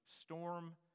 storm